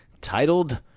titled